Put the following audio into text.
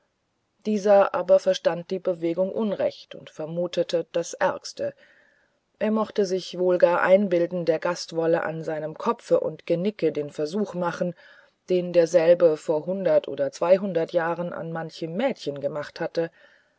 dieser aber verstand die bewegung unrecht und vermutete das ärgste er mochte sich wohl gar einbilden der gast wolle an seinem kopfe und genicke den versuch machen den derselbe vor hundert und zweihundert jahren an manchem mädchen gemacht hatte